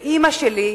ואמא שלי,